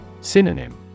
synonym